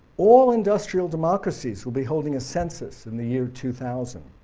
all industrial democracies will be holding a census in the year two thousand.